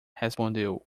respondeu